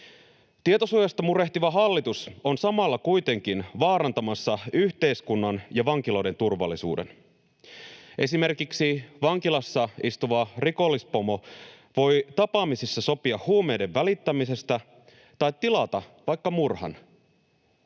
Tietosuojasta murehtiva hallitus on samalla kuitenkin vaarantamassa yhteiskunnan ja vankiloiden turvallisuuden. Esimerkiksi vankilassa istuva rikollispomo voi tapaamisissa sopia huumeiden välittämisestä tai tilata vaikka murhan.